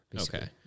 okay